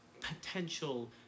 potential